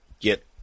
get